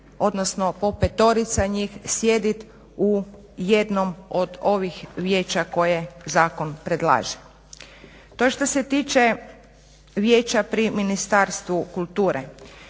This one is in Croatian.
odnosno po 5 njih sjediti u jednom od ovih vijeća koje zakon predlaže. To je što se tiče vijeća pri Ministarstvu kulture.